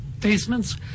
Basements